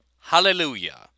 Hallelujah